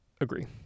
agree